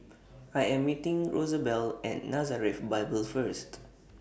I Am meeting Rosabelle At Nazareth Bible First